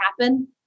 happen